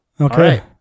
Okay